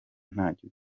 ntacyo